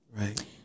Right